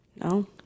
No